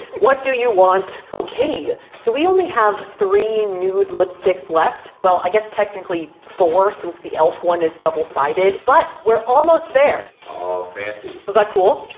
what do you want? okay, so we only have three nude lipsticks left well, i guess technically four since the elf one is double-sided, but we're almost there. was that cool?